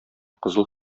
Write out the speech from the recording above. кызыл